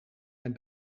mijn